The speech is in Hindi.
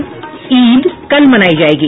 और ईद कल मनायी जायेगी